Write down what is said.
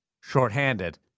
shorthanded